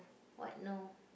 what no